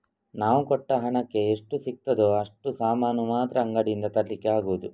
ನಾವು ಕೊಟ್ಟ ಹಣಕ್ಕೆ ಎಷ್ಟು ಸಿಗ್ತದೋ ಅಷ್ಟು ಸಾಮಾನು ಮಾತ್ರ ಅಂಗಡಿಯಿಂದ ತರ್ಲಿಕ್ಕೆ ಆಗುದು